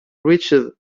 reached